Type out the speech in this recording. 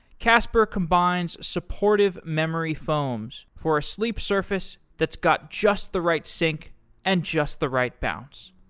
casper combines supportive memory foams for a sleep surface that's got just the right sink and just the right balance.